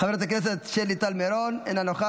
חבר הכנסת יוראי להב הרצנו, אינו נוכח,